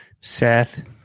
Seth